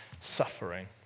suffering